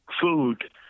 food